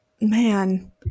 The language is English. man